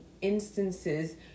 instances